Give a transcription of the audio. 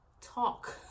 Talk